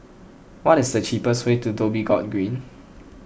what is the cheapest way to Dhoby Ghaut Green